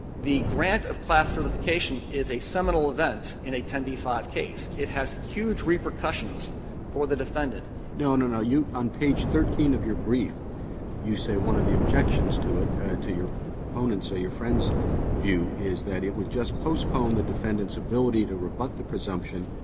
the grant of class certification is a seminal event in a ten b five case. it has huge repercussions for the defendant. roberts no, no, no. you on page thirteen of your brief you say one of the objections to it to your opponents or your friends' view is that it would just postpone the defendant's ability to rebut the presumption,